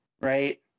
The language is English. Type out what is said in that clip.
right